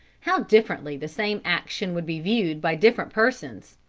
how differently the same action would be viewed by different persons!